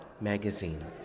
magazine